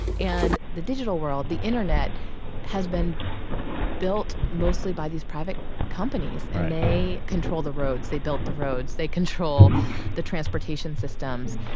and the digital world, the internet has been built mostly by these private companies and they control the roads. they built the roads. they control the transportation systems.